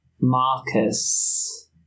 Marcus